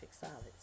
solids